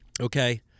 okay